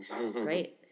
right